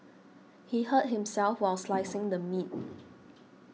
he hurt himself while slicing the meat